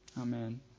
Amen